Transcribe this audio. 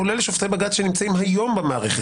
כולל שופטי בג"ץ שנמצאים היום במערכת,